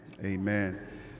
amen